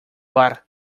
var